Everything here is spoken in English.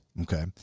Okay